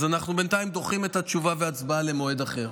אז אנחנו דוחים בינתיים את התשובה וההצבעה למועד אחר.